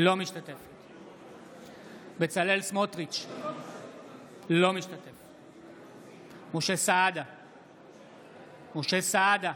אינה משתתפת בהצבעה בצלאל סמוטריץ' אינו משתתף בהצבעה משה סעדה,